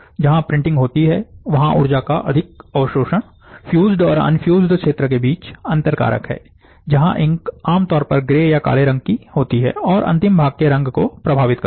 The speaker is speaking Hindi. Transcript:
जहां प्रिंटिंग होती है वहां ऊर्जा का अधिक अवशोषण फ्यूज्ड और अनफ्यूज्ड क्षेत्र के बीच अंतर कारक है जहां इंक आमतौर पर ग्रे या काले रंग की होती है और अंतिम भाग के रंग को प्रभावित करती है